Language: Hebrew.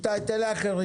איתי, תן לאחרים.